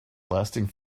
lasting